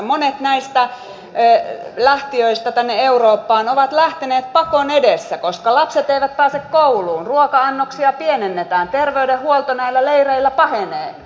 monet näistä lähtijöistä tänne eurooppaan ovat lähteneet pakon edessä koska lapset eivät pääse kouluun ruoka annoksia pienennetään terveydenhuolto näillä leireillä pahenee